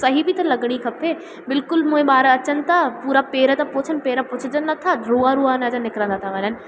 सही बि त लॻिणी खपे बिल्कुलु मुंहिंजा ॿार अचनि था पूरा पेर था पोछनि परे पुछजनि नथा रूआ रूआ उन जा निकिरजनि था वञनि